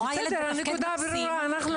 את רואה ילד שמתפקד מקסים אבל הוא